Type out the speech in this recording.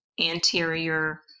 anterior